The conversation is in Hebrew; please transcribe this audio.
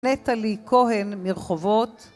נטלי כהן מרחובות,